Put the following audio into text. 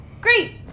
Great